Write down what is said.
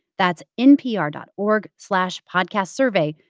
that's npr dot org slash podcastsurvey,